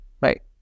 right